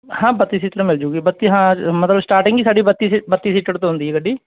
ਹਾਂ ਬੱਤੀ ਸੀਟਰ ਮਿਲ ਜੂਗੀ ਬੱਤੀ ਹਾਂ ਮਤਲਬ ਸਟਾਰਟਿੰਗ ਹੀ ਸਾਡੀ ਬੱਤੀ ਸੀ ਬੱਤੀ ਸੀਟਰ ਤੋਂ ਹੁੰਦੀ ਗੱਡੀ